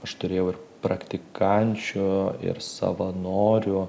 aš turėjau ir praktikančių ir savanorių